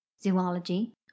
zoology